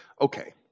Okay